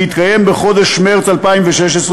שיתקיים בחודש מרס 2016,